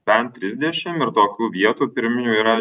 bent trisdešim ir tokių vietų pirminių yra